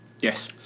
Yes